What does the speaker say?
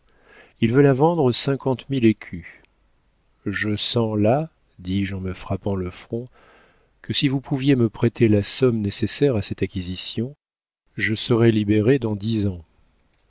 il veut la vendre cinquante mille écus je sens là dis-je en me frappant le front que si vous pouviez me prêter la somme nécessaire à cette acquisition je serais libéré dans dix ans